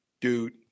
Dude